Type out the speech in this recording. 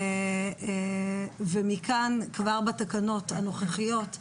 ומכאן כבר בתקנות הנוכחיות,